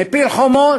מפיל חומות,